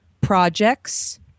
projects